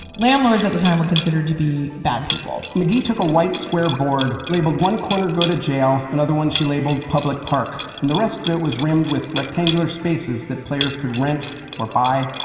landlords at the time were considered to be bad people. mcgee took a white square board, labeled one corner go to jail, another one she labeled public park. and the rest of it was rimmed with rectangular spaces that players could rent or buy.